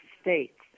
states